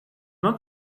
not